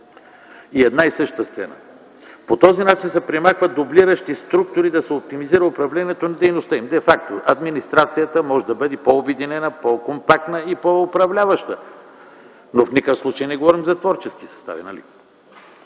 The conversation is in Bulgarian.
и една и съща сцена. По този начин се премахват дублиращи структури, за да се оптимизира управлението на дейността им. Де факто администрацията може да бъде по-обединена, по-компактна и по-управляваща, но в никакъв случай не говорим за творчески състави.